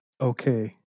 okay